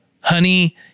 Honey